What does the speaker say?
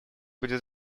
будет